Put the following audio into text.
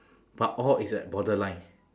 but all is like borderline